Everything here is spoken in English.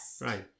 Right